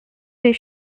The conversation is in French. les